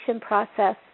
process